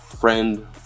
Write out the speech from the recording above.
friend